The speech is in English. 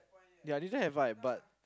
ya they don't have vibe but